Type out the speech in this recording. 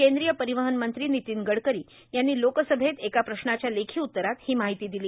केंद्रीय परिवहन मंत्री नीतिन गडकरी यांनी लोकसभेत एका प्रश्नाच्या लेखी उत्तरात ही माहिती दिली